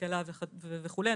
השכלה וכולי,